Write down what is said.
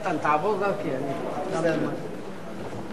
ההצעה להעביר את הצעת חוק